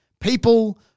people